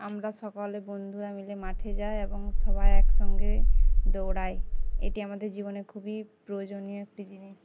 আমরা সকলে বন্ধুুরা মিলে মাঠে যাই এবং সবাই একসঙ্গে দৌড়াই এটি আমাদের জীবনে খুবই প্রয়োজনীয় একটি জিনিস